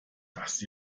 dass